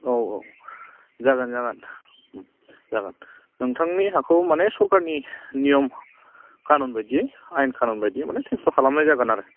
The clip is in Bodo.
औ औ जागोन जागोन जागोन नोंथांनि हाखौ माने सरखारनि नियम कानुन बायदियै आयेन कानुन बायदियै माने ट्रेन्सफार खालामनाय जागोन आरो